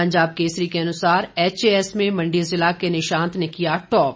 पंजाब केसरी के अनुसार H A S में मंडी जिला के निशांत ने किया टॉप